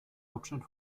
hauptstadt